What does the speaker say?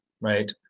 right